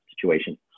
situation